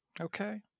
Okay